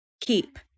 keep